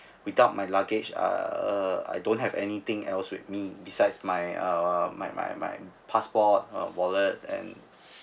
without my luggage uh uh I don't have anything else with me besides my uh my my my passport uh wallet and